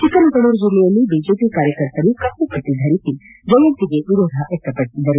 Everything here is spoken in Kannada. ಚಿಕ್ಕಮಗಳೂರು ಜಿಲ್ಲೆಯಲ್ಲಿ ಬಿಜೆಪಿ ಕಾರ್ಯಕರ್ತರು ಕಪ್ಪು ಪಟ್ಟ ಧರಿಸಿ ಜಯಂತಿಗೆ ವಿರೋಧ ವ್ಯಕ್ತಪಡಿಸಿದರು